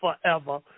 forever